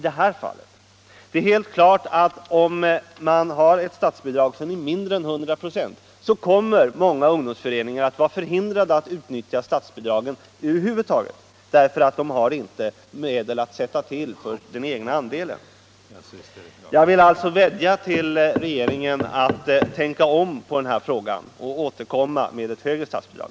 Det är helt klart att många ungdomsföreningar vid tillämpning av ett statsbidrag på mindre än 100 96 kommer att vara förhindrade att utnyttja statsbidragen över huvud taget, eftersom de inte har medel att tillskjuta för den egna andelen. Jag vill därför vädja till regeringen att tänka om i denna fråga och återkomma med ett högre statsbidrag.